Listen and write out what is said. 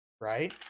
right